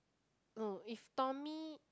no if Tommy